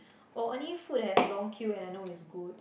oh only food that has long queue and I know is good